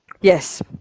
Yes